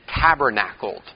tabernacled